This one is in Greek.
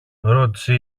ρώτησε